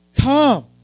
Come